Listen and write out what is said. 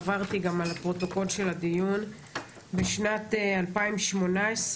עברתי גם על הפרוטוקול של הדיון בשנת 2018,